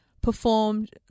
performed